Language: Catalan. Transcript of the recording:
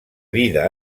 vida